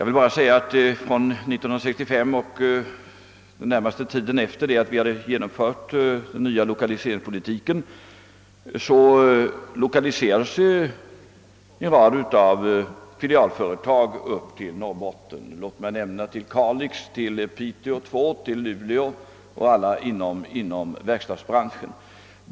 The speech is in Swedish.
Från 1965 och under tiden närmast efter det vi hade genomfört den nya lokaliseringspolitiken lokaliserades en rad filialföretag till Norrbotten — till Kalix, Piteå och Luleå — alla inom verkstadsbranschen.